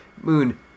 moon